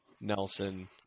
Nelson